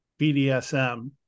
BDSM